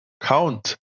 Count